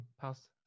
pass